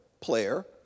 player